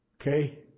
Okay